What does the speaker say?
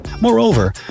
Moreover